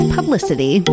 Publicity